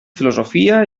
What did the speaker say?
filosofia